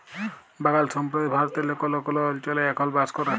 বাগাল সম্প্রদায় ভারতেল্লে কল্হ কল্হ অলচলে এখল বাস ক্যরে